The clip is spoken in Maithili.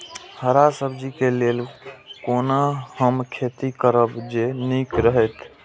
हरा सब्जी के लेल कोना हम खेती करब जे नीक रहैत?